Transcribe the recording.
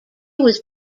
was